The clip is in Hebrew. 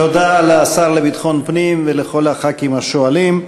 תודה לשר לביטחון פנים ולכל חברי הכנסת השואלים.